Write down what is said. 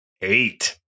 eight